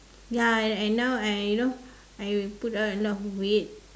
ya and now I you know I put on a lot of weight